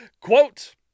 Quote